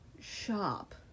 shop